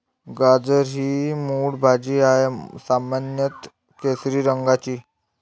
गाजर ही मूळ भाजी आहे, सामान्यत केशरी रंगाची